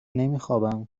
نمیخوابم